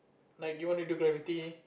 like you wanna do graffiti